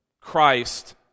Christ